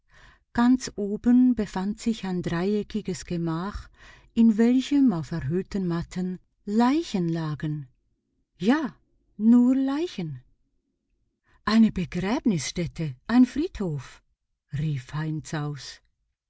ganz oben befand sich ein dreieckiges gemach in welchem auf erhöhten matten leichen lagen ja nur leichen eine begräbnisstätte ein friedhof rief heinz aus